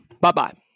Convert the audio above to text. bye-bye